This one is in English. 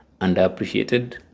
underappreciated